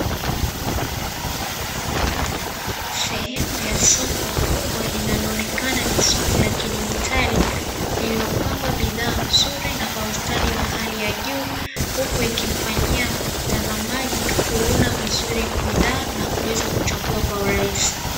Sehemu ya soko kubwa linaloonekana ni soko la kidijitali, lililopangwa bidhaa nzuri na kwa ustadi wa hali ya juu huku ikimfanyia mtazamaji kuona vizuri bidhaa na kuweza kuchagua kwa urahisi.